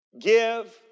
Give